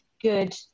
good